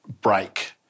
break